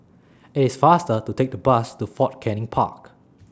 IT IS faster to Take The Bus to Fort Canning Park